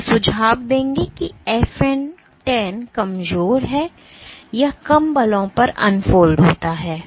तो ये सुझाव देंगे कि FN 10 कमजोर है या कम बलों पर अनफोल्ड होता है